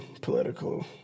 political